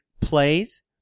plays